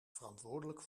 verantwoordelijk